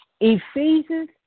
Ephesians